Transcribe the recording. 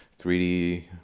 3D